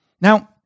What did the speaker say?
Now